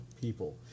people